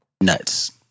Nuts